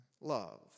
Love